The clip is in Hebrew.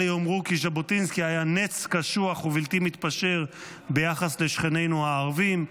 אלה יאמרו כי ז'בוטינסקי היה נץ קשוח ובלתי מתפשר ביחס לשכנינו הערבים,